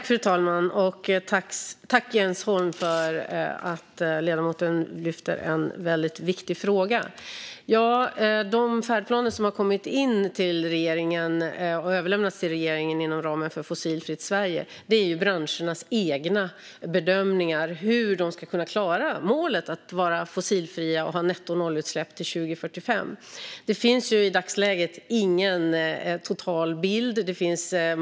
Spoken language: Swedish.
Fru talman! Jag tackar Jens Holm för att han lyfter en väldigt viktig fråga. De färdplaner som har kommit in och överlämnats till regeringen inom ramen för Fossilfritt Sverige är branschernas egna bedömningar av hur de ska kunna klara målet att vara fossilfria och ha nettonollutsläpp till 2045. Det finns i dagsläget ingen total bild.